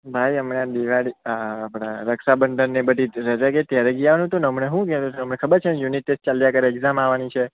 ભાઈ હમણાં દિવાળી આપણે રક્ષાબંધનની એ બધી રજા ગઈ ત્યારે જઈ આવવાનું હતું ને હમણાં હું જવું તમને ખબર છે ને યુનિટ ટેસ્ટ ચાલ્યા કરે છે એક્જામ આવવાની છે